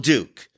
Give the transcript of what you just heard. Duke